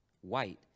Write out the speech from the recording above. white